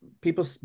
People